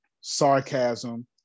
sarcasm